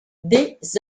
des